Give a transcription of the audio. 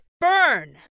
Burn